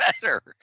better